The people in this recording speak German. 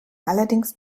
allerdings